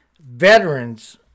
veterans